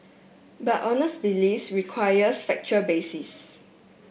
but honest belief requires factual basis